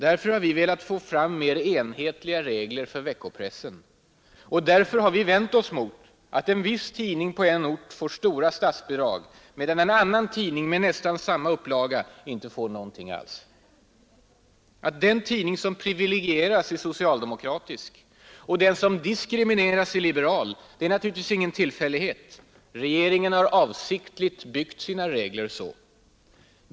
Därför har vi velat få fram mer enhetliga regler för veckopressen. Och därför har vi vänt oss mot att en viss tidning på en ort får stora statsbidrag, medan en annan tidning med nästan samma upplaga inte får något alls. Att den tidning som privilegieras är socialdemokratisk och den som diskrimineras är liberal är naturligtvis ingen tillfällighet — regeringen har avsiktligt byggt sina regler så.